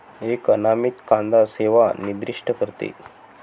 एक अनामित कांदा सेवा निर्दिष्ट करते